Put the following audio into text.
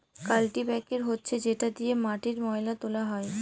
কাল্টিপ্যাকের হচ্ছে যেটা দিয়ে মাটির ময়লা তোলা হয়